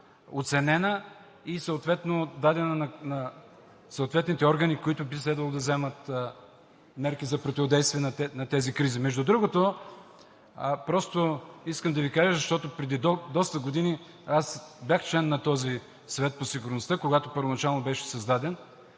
оценена и дадена на съответните органи, които би следвало да вземат мерки за противодействие на тези кризи. Между другото, искам да Ви кажа, защото преди доста години аз бях член на този Съвет по сигурността, когато първоначално беше създаден.